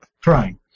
Trying